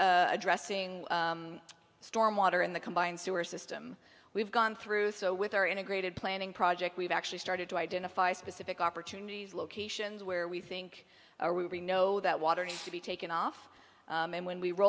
is addressing storm water and the combined sewer system we've gone through so with our integrated planning project we've actually started to identify specific opportunities locations where we think are we know that water needs to be taken off and when we